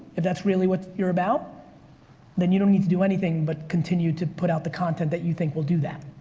if that's really what you're about then you don't need to do anything but continue to put out the content that you think will do that.